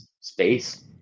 space